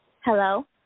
Hello